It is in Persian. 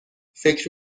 فکر